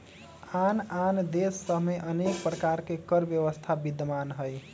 आन आन देश सभ में अनेक प्रकार के कर व्यवस्था विद्यमान हइ